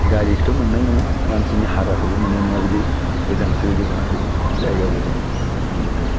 गारिखौथ' मोन्नाय नङा मानसिनि हाराखौबो मोन्नाय नङा बिदि गोजांस्रिउ गोजांस्रिउ जायगाखौ जोङो नुबोदों